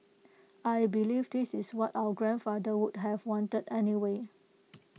I believe this is what our grandfather would have wanted anyway